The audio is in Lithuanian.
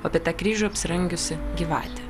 o apie tą kryžių apsirangiusi gyvatė